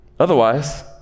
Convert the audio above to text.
Otherwise